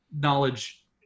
knowledge